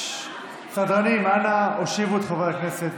סדרנים, אנא הושיבו את חברי הכנסת.